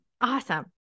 Awesome